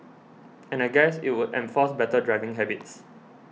and I guess it would enforce better driving habits